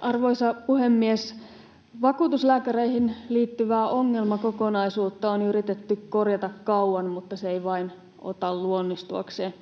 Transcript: Arvoisa puhemies! Vakuutuslääkäreihin liittyvää ongelmakokonaisuutta on yritetty korjata kauan, mutta se ei vain ota luonnistuakseen.